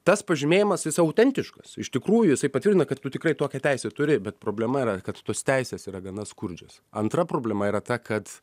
tas pažymėjimas jis autentiškas iš tikrųjų jisai patvirtina kad tu tikrai tokią teisę turi bet problema yra kad tos teisės yra gana skurdžios antra problema yra ta kad